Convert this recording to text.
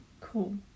cool